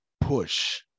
push